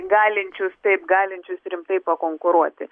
galinčius taip galinčius rimtai pakonkuruoti